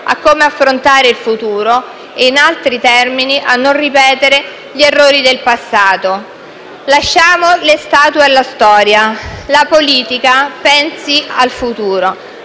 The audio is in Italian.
a come affrontare il futuro e, in altri termini, a non ripetere gli errori del passato. Lasciamo le statue alla storia. La politica pensi al futuro.